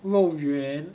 肉圆